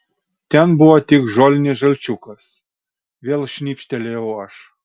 ten buvo tik žolinis žalčiukas vėl šnibžtelėjau aš